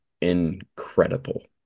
incredible